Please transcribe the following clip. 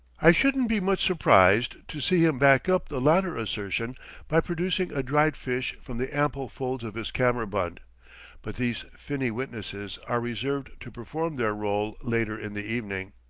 i shouldn't be much surprised to see him back up the latter assertion by producing a dried fish from the ample folds of his kammerbund but these finny witnesses are reserved to perform their role later in the evening.